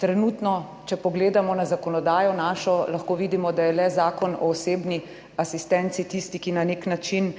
Trenutno, če pogledamo na zakonodajo našo, lahko vidimo, da je le Zakon o osebni asistenci tisti, ki na nek način